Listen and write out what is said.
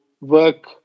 work